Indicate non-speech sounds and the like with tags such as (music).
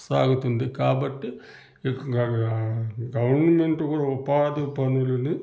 సాగుతుంది కాబట్టి (unintelligible) గవర్నమెంట్ కూడా ఉపాధి పనులని